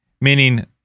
Meaning